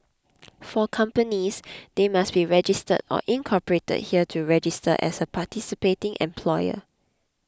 for companies they must be registered or incorporated here to register as a participating employer